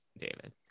David